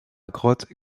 grotte